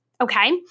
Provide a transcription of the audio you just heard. okay